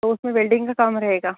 तो उसमें वेल्डिंग का काम रहेगा